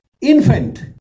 Infant